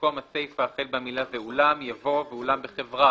במקום הסיפה החל במילה "ואולם" יבוא "ואולם בחברה